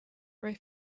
ray